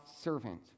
servant